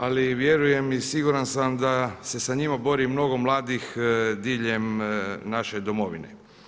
Ali vjerujem i siguran sam da se sa njima bori i mnogo mladih diljem naše Domovine.